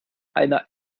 einer